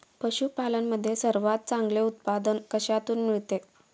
पशूपालन मध्ये सर्वात चांगले उत्पादन कशातून मिळते?